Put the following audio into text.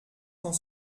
cent